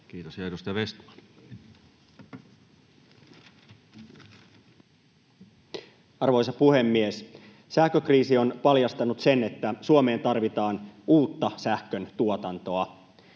2023 Time: 17:32 Content: Arvoisa puhemies! Sähkökriisi on paljastanut sen, että Suomeen tarvitaan uutta sähköntuotantoa.